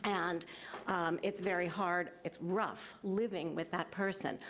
and it's very hard, it's rough living with that person.